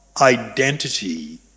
identity